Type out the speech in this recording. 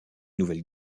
nouvelle